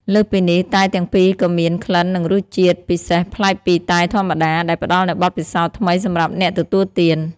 លើសពីនេះ តែទាំងពីរក៏មាន ក្លិននិងរសជាតិពិសេសប្លែកពីតែធម្មតា ដែលផ្ដល់នូវបទពិសោធន៍ថ្មីសម្រាប់អ្នកទទួលទាន។